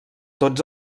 tots